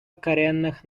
коренных